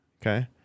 Okay